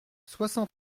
soixante